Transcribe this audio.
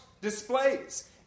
displays